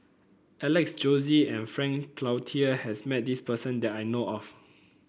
Alex Josey and Frank Cloutier has met this person that I know of